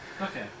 okay